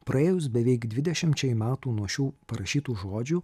praėjus beveik dvidešimčiai metų nuo šių parašytų žodžių